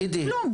כלום.